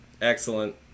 Excellent